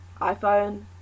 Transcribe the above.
iPhone